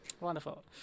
Wonderful